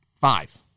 Five